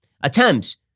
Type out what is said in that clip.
Attempts